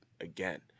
again